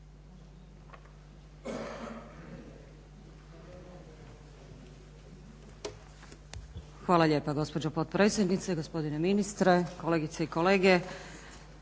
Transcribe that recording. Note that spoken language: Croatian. Hvala lijepa gospođo potpredsjednice, gospodine ministre, kolegice i kolege.